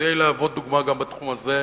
כדי להוות דוגמה גם בתחום הזה.